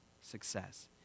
success